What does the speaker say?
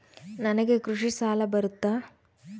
ನನಗೆ ಕೃಷಿ ಸಾಲ ಬರುತ್ತಾ?